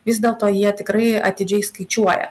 vis dėlto jie tikrai atidžiai skaičiuoja